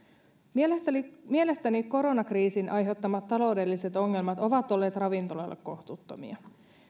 mielestäni mielestäni koronakriisin aiheuttamat taloudelliset ongelmat ovat olleet ravintoloille kohtuuttomia